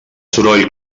soroll